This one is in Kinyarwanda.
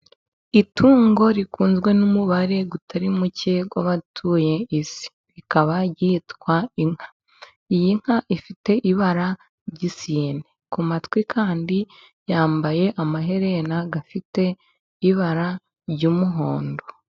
Itungo rikunzwe n'umubare utari muke w'abatuye isi rikaba ryitwa inka. Iyi nka ifite ibara ry'isine. Ku matwi kandi yambaye amaherena afite ibara ry'umuhondo.